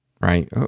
right